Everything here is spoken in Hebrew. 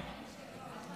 התשפ"ג 2023,